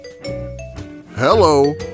Hello